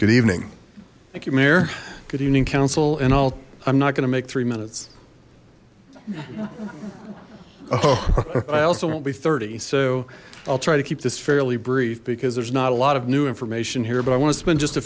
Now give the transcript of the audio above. mayor good evening council and all i'm not going to make three minutes i also won't be thirty so i'll try to keep this fairly brief because there's not a lot of new information here but i want to spend just a